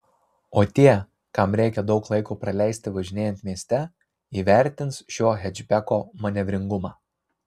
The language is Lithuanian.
o tie kam reikia daug laiko praleisti važinėjant mieste įvertins šio hečbeko manevringumą